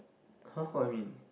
[huh] what you mean